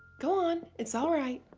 go on, it's all right.